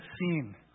seen